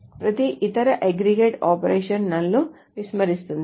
ప్రతి ఇతర aggregate operational ను విస్మరిస్తుంది